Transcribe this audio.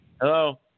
Hello